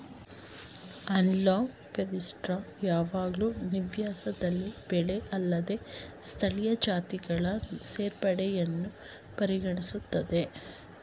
analogue forestry ಯಾವಾಗ್ಲೂ ವಿನ್ಯಾಸದಲ್ಲಿ ಬೆಳೆಅಲ್ಲದ ಸ್ಥಳೀಯ ಜಾತಿಗಳ ಸೇರ್ಪಡೆಯನ್ನು ಪರಿಗಣಿಸ್ತದೆ